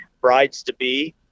brides-to-be